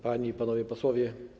Panie i Panowie Posłowie!